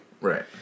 Right